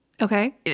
Okay